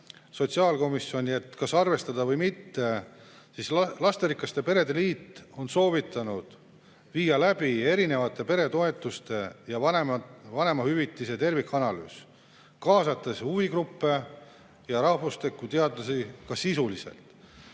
sotsiaalkomisjoni, et kas arvestada või mitte, siis lasterikaste perede liit on soovitanud viia läbi erinevate peretoetuste ja vanemahüvitise tervikanalüüs, kaasates huvigruppe ja rahvastikuteadlasi ka sisuliselt.